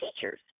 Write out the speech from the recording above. teachers